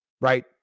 right